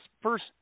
first